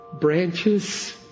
branches